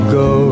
go